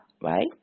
right